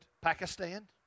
Pakistan